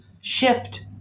shift